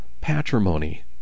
patrimony